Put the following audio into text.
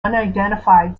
unidentified